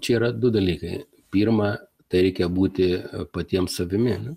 čia yra du dalykai pirma tai reikia būti patiems savimi